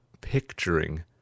picturing